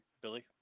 Billy